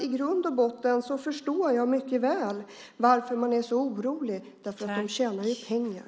I grund och botten förstår jag mycket väl varför man är så orolig, därför att de tjänar ju pengar.